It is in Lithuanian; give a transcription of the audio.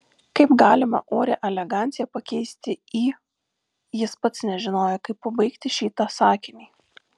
kaip galima orią eleganciją pakeisti į jis pats nežinojo kaip pabaigti šitą sakinį